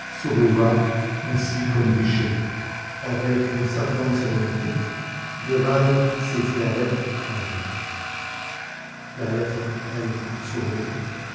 ainsi qu'un guichet avec une certaine solennité devanne saisit la lettre l la lettre l s'ouvrit